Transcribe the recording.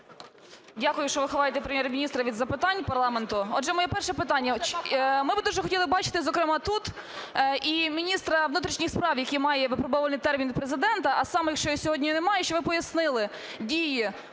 Дякую, що ви ховаєте Прем'єр-міністра від запитань парламенту. Отже, моє перше питання. Ми би дуже хотіли бачити, зокрема, тут і міністра внутрішніх справ, який має випробовувальний термін Президента, а саме, якщо його сьогодні немає, щоб ви пояснили, дії